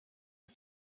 dat